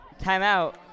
timeout